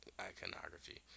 iconography